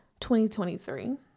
2023